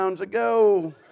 ago